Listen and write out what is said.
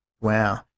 Wow